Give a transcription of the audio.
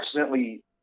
accidentally